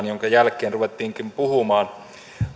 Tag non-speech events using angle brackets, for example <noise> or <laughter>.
<unintelligible> jonka jälkeen ruvettiinkin puhumaan